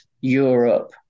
Europe